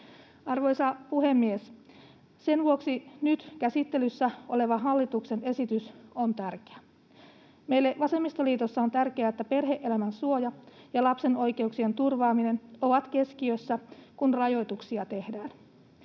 Arvoisa puhemies! Sen vuoksi nyt käsittelyssä oleva hallituksen esitys on tärkeä. Meille vasemmistoliitossa on tärkeää, että perhe-elämän suoja ja lapsen oikeuksien turvaaminen ovat keskiössä, kun rajoituksia tehdään.